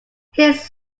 his